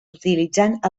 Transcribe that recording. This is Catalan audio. utilitzant